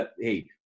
Hey